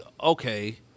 okay